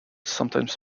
sometimes